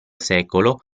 secolo